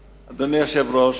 היושב-ראש,